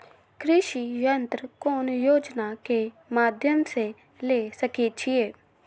कृषि यंत्र कौन योजना के माध्यम से ले सकैछिए?